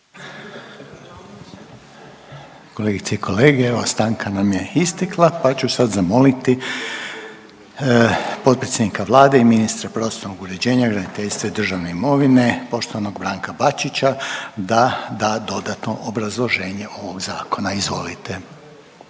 Kolegice i kolege, evo stanka nam je istekla, pa ću sad zamoliti potpredsjednika Vlade i ministra prostornog uređenja, graditeljstva i državne imovine poštovanog Branka Bačića da da dodatno obrazloženje ovog zakona. Izvolite.